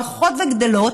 הולכות וגדולות.